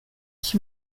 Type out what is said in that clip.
ich